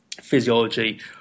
physiology